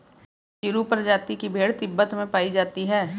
चिरु प्रजाति की भेड़ तिब्बत में पायी जाती है